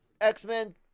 x-men